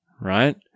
right